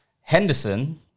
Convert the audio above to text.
Henderson